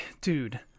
dude